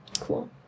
Cool